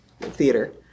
theater